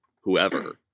whoever